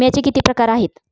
विम्याचे किती प्रकार आहेत?